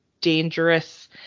dangerous